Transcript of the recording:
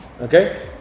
Okay